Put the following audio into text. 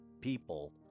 people